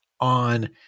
on